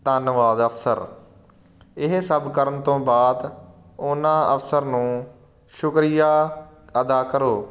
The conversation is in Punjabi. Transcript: ਧੰਨਵਾਦ ਅਫਸਰ ਇਹ ਸਭ ਕਰਨ ਤੋਂ ਬਾਅਦ ਉਨ੍ਹਾਂ ਅਫਸਰ ਨੂੰ ਸ਼ੁਕਰੀਆ ਅਦਾ ਕਰੋ